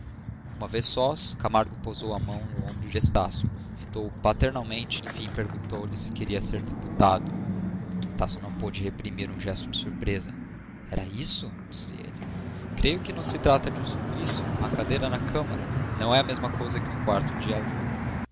uma vez sós camargo pousou a mão no ombro de estácio fitou-o paternalmente enfim perguntou-lhe se queria ser deputado estácio não pôde reprimir um gesto de surpresa era isso disse ele creio que não se trata de um suplício uma cadeira na câmara não é a mesma coisa que um quarto de aljube